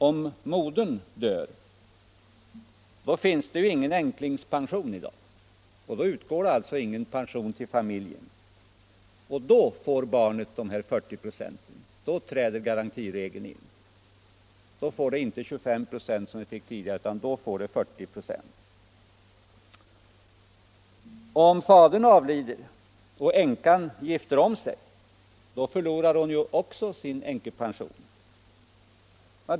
Jo, det finns ingen änklingpension i dag, så om modern dör utgår ingen pension till familjen. Då får barnen dessa 40 96 därför att då träder garantiregeln in. Då får barnet inte 25 96, som det fick tidigare, utan 40 96. Om fadern avlidit och änkan gifter om sig, förlorar hon sin änkepension.